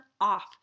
off